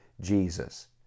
Jesus